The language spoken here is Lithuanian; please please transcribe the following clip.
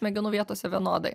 smegenų vietose vienodai